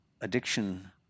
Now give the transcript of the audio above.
addiction